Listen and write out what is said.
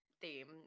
theme